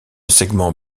segment